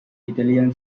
italian